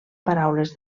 paraules